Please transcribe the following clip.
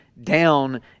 down